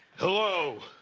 hello.